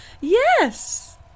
Yes